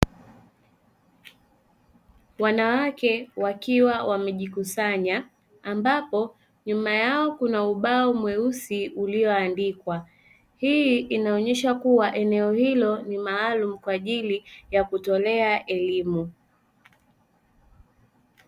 Wanawake wakiwa wamejikusanya ambapo nyuma yao kuna ubao mweusi ulioandikwa hii inaonyesha kuwa eneo hilo ni maalumu kwa ajili ya kutolea elimu.